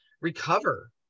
recover